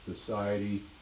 society